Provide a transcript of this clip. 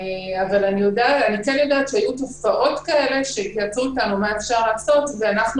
אני כן יודעת שהיו תופעות כאלה שהתייעצו איתנו מה אפשר לעשות ואנחנו